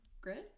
grid